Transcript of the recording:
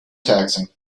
taxing